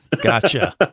Gotcha